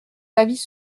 l’avis